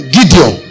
Gideon